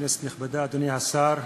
כנסת נכבדה, אדוני השר,